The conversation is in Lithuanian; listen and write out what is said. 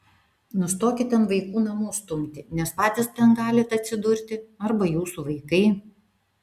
nustokit ant vaikų namų stumti nes patys ten galit atsidurti arba jūsų vaikai